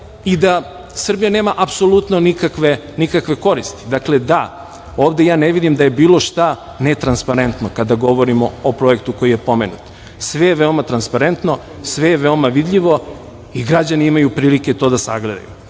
i da Srbija nema apsolutno nikakve koristi. Dakle, da, ovde ja ne vidim da je bilo šta netransparentno kada govorimo o projektu koji je pomenut. Sve je veoma transparentno, sve je veoma vidljivo i građani imaju prilike to da sagledaju. Da,